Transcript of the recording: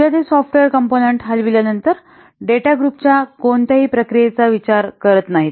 एकदा ते software component हलविल्यानंतर डेटा ग्रुप च्या कोणत्याही प्रक्रियेचा विचार करत नाही